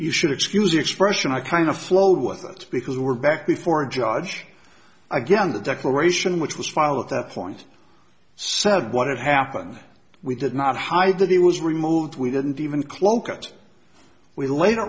you should excuse the expression i kind of flowed with it because we were back before a judge again the declaration which was file at that point said what had happened we did not hide that it was removed we didn't even cloak it we la